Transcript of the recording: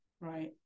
right